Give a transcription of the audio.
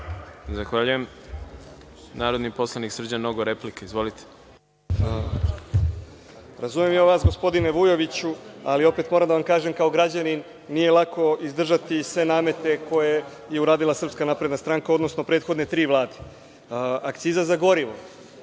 Zahvaljujem. Narodni poslanik, Srđan Nogo, replika. Izvolite. **Srđan Nogo** Razumem ja vas, gospodine Vujoviću, ali opet moram da vam kažem kao građanin, nije lako izdržati sve namete koje je uradila SNS, odnosno prethodne tri vlade. Akciza za gorivo,